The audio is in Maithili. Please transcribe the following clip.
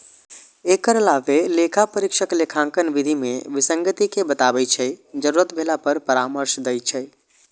एकर अलावे लेखा परीक्षक लेखांकन विधि मे विसंगति कें बताबै छै, जरूरत भेला पर परामर्श दै छै